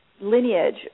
lineage